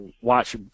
watch